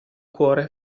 cuore